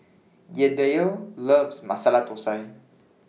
Yadiel loves Masala Thosai